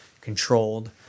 controlled